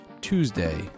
Tuesday